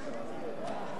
נתקבלה.